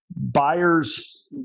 buyers